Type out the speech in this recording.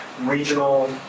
Regional